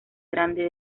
grande